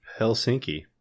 Helsinki